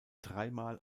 dreimal